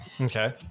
Okay